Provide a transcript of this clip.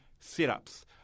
setups